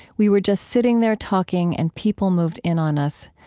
we were just sitting there talking, and people moved in on us.